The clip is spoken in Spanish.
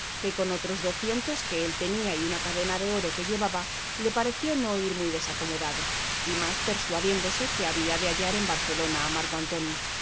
que con otros docientos que él tenía y una cadena de oro que llevaba le pareció no ir muy desacomodado y más persuadiéndose que había de hallar en barcelona a marco antonio